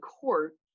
court